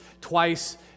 twice